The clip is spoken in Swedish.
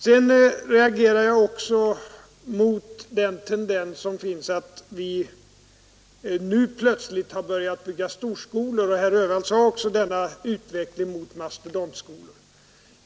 Sedan reagerar jag också mot den tendens som finns i talet om att vi nu plötsligt har börjat bygga storskolor. Herr Öhvall sade också: en utveckling mot mastodontskolor.